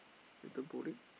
later bowling